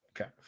Okay